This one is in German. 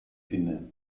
inne